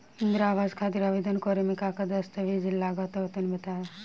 इंद्रा आवास खातिर आवेदन करेम का का दास्तावेज लगा तऽ तनि बता?